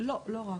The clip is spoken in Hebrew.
לא, לא רק.